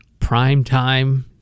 primetime